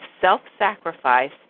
self-sacrifice